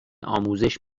آموزش